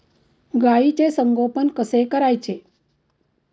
गाईचे संगोपन कसे करायचे?